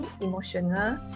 emotional